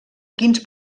quins